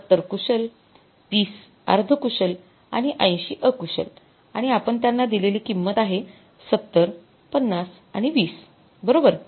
७० कुशल ३० अर्धकुशल आणि ८० अकुशल आणि आपण त्यांना दिलेली किंमत आहे ७० ५० आणि २० बरोबर